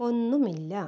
ഒന്നുമില്ല